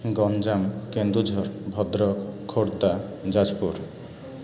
Ganjam Kendujhar Bhadrak Khordha Jajpur